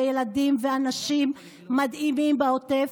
ילדים ואנשים מדהימים בעוטף,